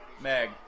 Meg